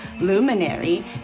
luminary